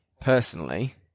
personally